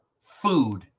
food